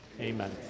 Amen